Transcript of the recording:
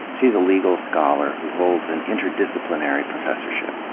she's a legal scholar who holds an interdisciplinary professorship.